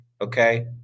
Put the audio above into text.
okay